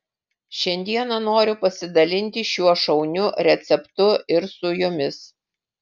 šiandieną noriu pasidalinti šiuo šauniu receptu ir su jumis